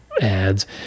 ads